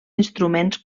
instruments